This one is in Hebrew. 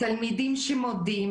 תלמידים שמודים